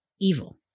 evil